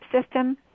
system